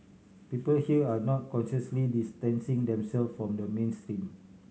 people here are not consciously distancing themselves from the mainstream